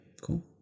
cool